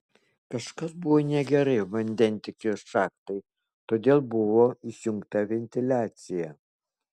kažkas buvo negerai vandentiekio šachtai todėl buvo išjungta ventiliacija